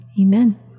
Amen